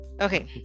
Okay